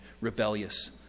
rebellious